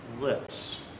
lips